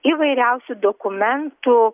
įvairiausių dokumentų